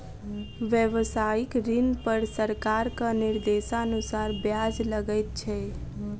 व्यवसायिक ऋण पर सरकारक निर्देशानुसार ब्याज लगैत छै